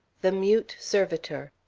the mute servitor.